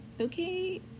okay